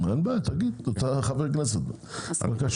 אני רוצה להקדים את הדברים שלי, כי אני צריך